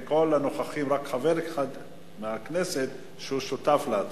מכל הנוכחים רק חבר כנסת אחד שהוא שותף להצעה,